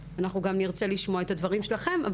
נרצה לשמוע גם את הדברים שלכם.